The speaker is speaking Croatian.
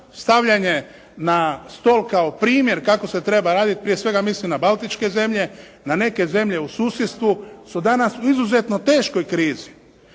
stavljanje na stol kao primjer kako se treba raditi, prije svega mislim na baltičke zemlje, na neke zemlje u susjedstvu su danas u izuzetno teškoj krizi.